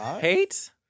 Hate